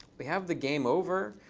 we have the game over.